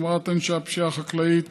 החמרת ענישה בפשיעה חקלאית),